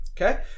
Okay